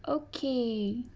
okay